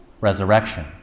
resurrection